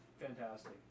fantastic